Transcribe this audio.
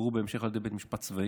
ושוחררו בהמשך על ידי בית משפט צבאי.